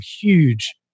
huge